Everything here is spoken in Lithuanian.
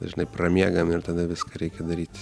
dažnai pramiegam ir tada viską reikia daryt